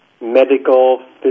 medical